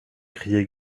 crier